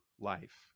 life